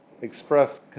express